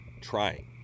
trying